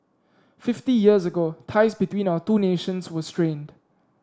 fifty years ago ties between our two nations were strained